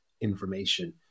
information